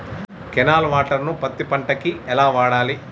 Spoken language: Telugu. కెనాల్ వాటర్ ను పత్తి పంట కి ఎలా వాడాలి?